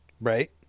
Right